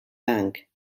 bank